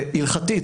הלכתית,